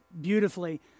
beautifully